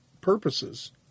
purposes